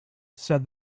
said